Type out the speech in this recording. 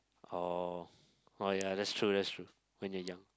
oh oh ya that's true that's true when you're young